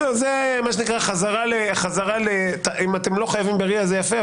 אם אתם לא חייבים ב-RIA, זה יפה.